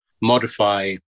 modify